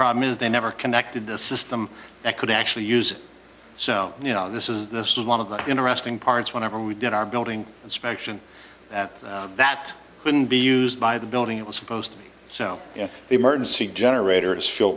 problem is they never connected the system that could actually use it so you know this is this is one of the interesting parts whenever we did our building inspection at that couldn't be used by the building it was supposed to be so you know the emergency generator